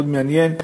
מאוד מעניין.